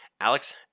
Alex